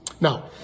Now